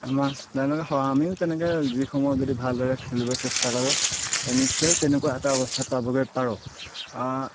আমিও তেনেকৈ যিসমূহত যদি ভালদৰে খেলিব চেষ্টা কৰোঁ নিশ্চয় তেনেকুৱা এটা অৱস্থাত পাবগৈ পাৰোঁ